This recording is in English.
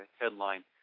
headline